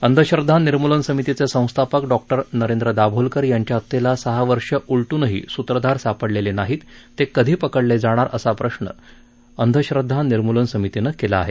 अंधश्रदधा निर्मूलन समितीचे संस्थापक डॉक्टर नरेंद्र दाभोलकर यांच्या हत्येला सहा वर्ष उलट्रनही स्त्रधार सापडलेले नाहीत ते कधी पकडले जाणार असा प्रश्न अंधश्रद्धा निर्मूलन समितीनं केला आहे